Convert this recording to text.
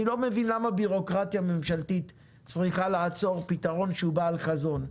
אני לא מבין למה בירוקרטיה ממשלתית צריכה לעצור פתרון שהוא בעל חזון.